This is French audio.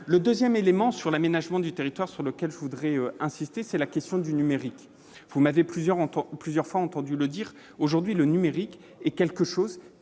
le 2ème élément sur l'aménagement du territoire sur lequel je voudrais insister, c'est la question du numérique, vous m'avez plusieurs entre plusieurs fois entendu le dire aujourd'hui, le numérique est quelque chose